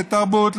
לתרבות,